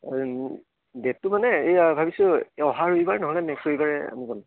ডেটটো মানে এই ভাবিছোঁ অহাৰ ৰবিবাৰ নহ'লে নেক্সট ৰবিবাৰে